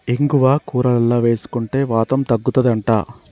ఇంగువ కూరలల్ల వేసుకుంటే వాతం తగ్గుతది అంట